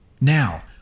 Now